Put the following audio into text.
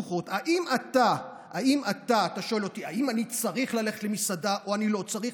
אתה שואל אותי: האם אני צריך ללכת למסעדה או אני לא צריך?